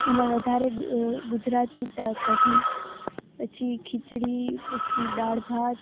એમાં વધારે ગુજરાતી કઢી પછી ખીચડી પછી દાળ ભાત